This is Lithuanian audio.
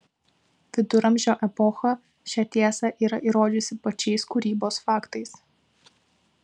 viduramžio epocha šią tiesą yra įrodžiusi pačiais kūrybos faktais